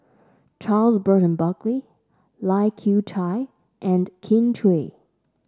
Charles Burton Buckley Lai Kew Chai and Kin Chui